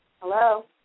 Hello